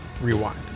Rewind